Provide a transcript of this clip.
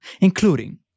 including